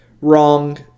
wrong